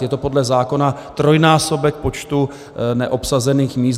Je to podle zákona trojnásobek počtu neobsazených míst.